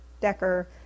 Decker